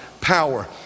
power